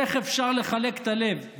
איך אפשר לחלק את הלב?